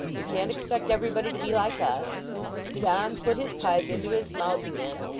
we can't expect everybody to be like us john put his pipe into his mouth again,